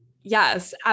Yes